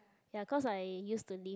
ya cause I used to live